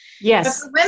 Yes